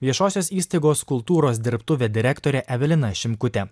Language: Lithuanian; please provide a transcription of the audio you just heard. viešosios įstaigos kultūros dirbtuvė direktorė evelina šimkutė